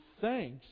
thanks